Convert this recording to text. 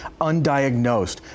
undiagnosed